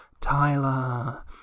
Tyler